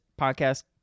podcast